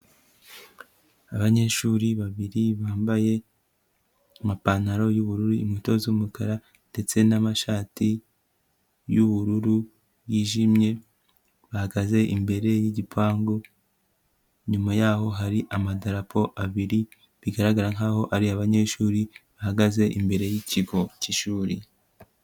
Abanyeshuri babiri bambaye amapantaro y'ubururu, inkweto z'umukara ndetse n'amashati y'ubururu yijimye, bahagaze imbere y'igipangu, nyuma yaho hari amadarapo abiri bigaragara nk'aho ari abanyeshuri bahagaze imbere y'ikigo cy'ishuri.